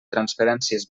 transferències